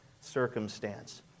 circumstance